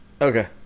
Okay